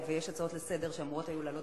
יש הצעות לסדר-היום שאמורות היו לעלות